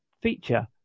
feature